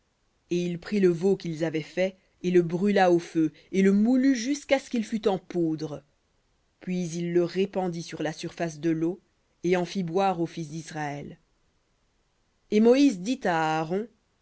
et il prit le veau qu'ils avaient fait et le brûla au feu et le moulut jusqu'à ce qu'il fut en poudre puis il le répandit sur la surface de l'eau et en fit boire aux fils d'israël